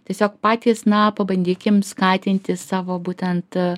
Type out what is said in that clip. tiesiog patys na pabandykim skatinti savo būtent